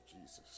Jesus